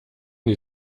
die